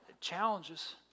challenges